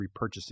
repurchasing